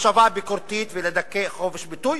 מחשבה ביקורתית, ולדכא חופש ביטוי.